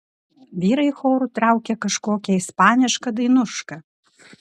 vyrai choru traukė kažkokią ispanišką dainušką